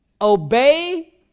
Obey